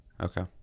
Okay